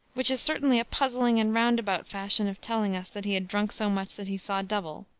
which is certainly a puzzling and roundabout fashion of telling us that he had drunk so much that he saw double.